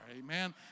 amen